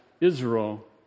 Israel